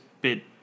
bit